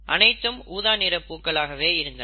அனைத்தும் ஊதா நிற பூக்கள் ஆகவே இருந்தன